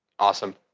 awesome.